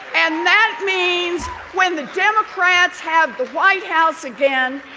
and that means when the democrats have the white house again,